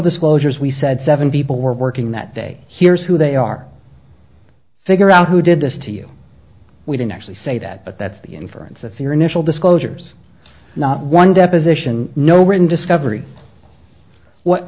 disclosures we said seven people were working that day here's who they are figure out who did this to you we didn't actually say that but that's the inference of your initial disclosures not one deposition no written discovery what